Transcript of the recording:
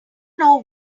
know